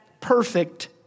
perfect